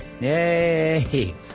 Yay